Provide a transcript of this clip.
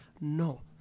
no